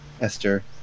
Esther